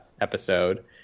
episode